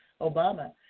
Obama